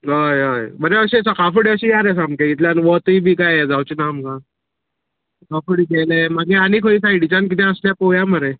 हय हय म्हणल्यार अशी सकाळ फुडें अशें या रे सामकें इतल्यान वत बी काय हें जावंचें ना आमकां रोकडे गेले मागीर आनी खंयी ते सायडीच्यान कितेंय आसल्यार पोया मरे